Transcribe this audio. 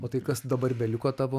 o tai kas dabar beliko tavo